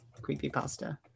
creepypasta